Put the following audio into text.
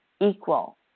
equal